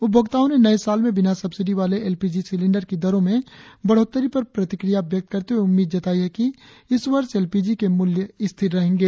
उपभोक्ताओं ने नए साल में बिना सब्सिडी वाले एल पी जी सिलिंडर की दरों में बढ़ोत्तरी पर प्रतिक्रिया व्यक्त करते हुए उम्मीद जताई है कि इस वर्ष एल पी जी के मूल्य स्थिर रहेंगे